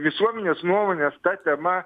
visuomenės nuomonės ta tema